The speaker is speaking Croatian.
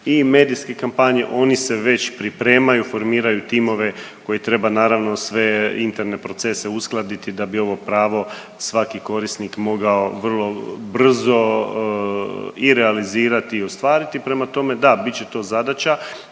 i medijske kampanje, oni se već pripremaju, formiraju timove koji treba naravno sve interne procese uskladiti da bi ovo pravo svaki korisnik mogao vrlo brzo i realizirati i ostvariti. Prema tome da, bit će to zadaća,